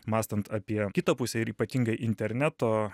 mąstant apie kitą pusę ir ypatingai interneto